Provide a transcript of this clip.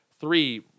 three